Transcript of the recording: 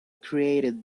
created